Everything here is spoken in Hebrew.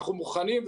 אנחנו מוכנים,